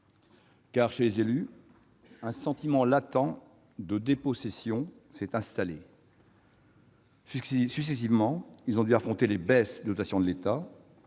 chez les élus, un sentiment latent de dépossession s'est installé. Successivement, ils ont dû affronter les baisses de dotations de l'État,